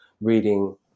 reading